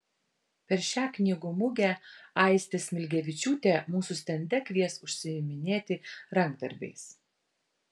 per šią knygų mugę aistė smilgevičiūtė mūsų stende kvies užsiiminėti rankdarbiais